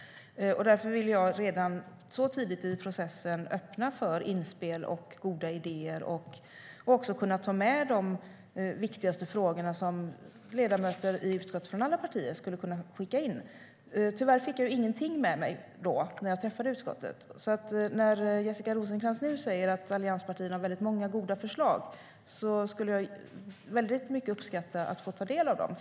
Därför vill jag redan tidigt i processen öppna för inspel och goda idéer och också kunna ta med de viktiga frågor som utskottsledamöter från andra partier skulle kunna skicka in. Tyvärr fick jag ingenting med mig när jag träffade utskottet. När Jessica Rosencrantz nu säger att allianspartierna har väldigt många goda förslag skulle jag uppskatta att få ta del av dem.